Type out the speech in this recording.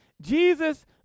Jesus